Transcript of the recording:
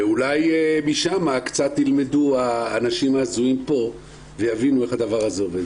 ואולי משם קצת ילמדו האנשים ההזויים פה ויבינו איך הדבר הזה עובד.